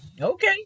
Okay